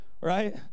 right